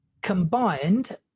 combined